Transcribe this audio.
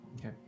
Okay